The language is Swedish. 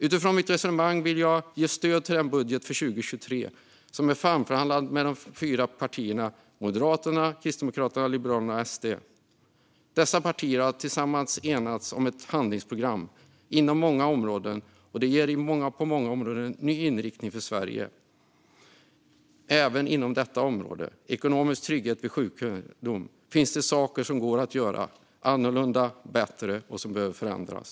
Utifrån mitt resonemang vill jag ge stöd till den budget för 2023 som är framförhandlad mellan de fyra partierna Moderaterna, Kristdemokraterna, Liberalerna och Sverigedemokraterna. Dessa partier har gemensamt enats om handlingsprogram inom många områden. Det ger på många områden en ny inriktning för Sverige. Även inom detta område, ekonomisk trygghet vid sjukdom, finns det saker som går att göra annorlunda och bättre och som behöver förändras.